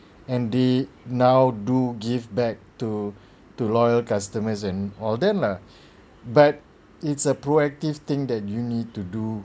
and they now do give back to to loyal customers and all of them lah but it's a proactive thing that you need to do